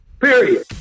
period